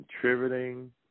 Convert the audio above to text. contributing